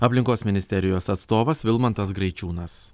aplinkos ministerijos atstovas vilmantas graičiūnas